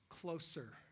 closer